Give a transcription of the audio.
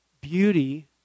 beauty